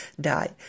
die